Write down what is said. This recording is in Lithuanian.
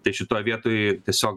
tai šitoj vietoj tiesiog